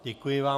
Děkuji vám.